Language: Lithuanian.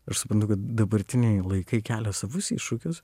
aš suprantu kad dabartiniai laikai kelia savus iššūkius